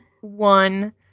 one